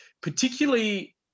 particularly